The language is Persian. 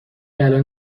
الان